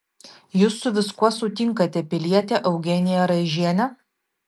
jūs su viskuo sutinkate piliete eugenija raižiene